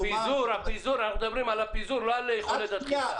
אנחנו מדברים על הפיזור, לא על יכולת הדחיסה.